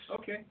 Okay